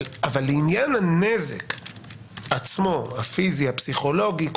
אבל לעניין הנזק הפיזי, הפסיכולוגי עצמו